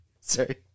Sorry